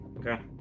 Okay